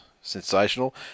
sensational